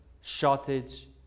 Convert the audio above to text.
shortage